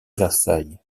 versailles